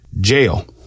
jail